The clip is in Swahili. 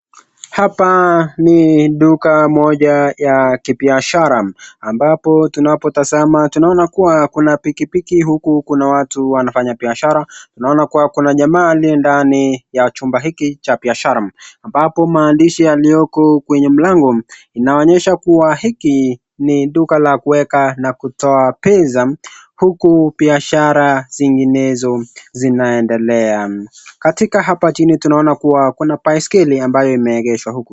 Hapa ni duka moja ya kibiashara ambambo tunapotazama tunaona kuwa kuna bikibiki huku kuna watu wanafanya biashara naona kuwa kuna jamaa aliye ndani ya chumba hiki ya biashara ambabo maandishi yaliyoko kwenye mlango inaonyesha kuwa hiki duka la kuweka na kutoa pesa huku biashara zinginezo sinaendelea katika hapa chini tunaona kuwa kuna baiskeli ambayo imeekeshwa huku.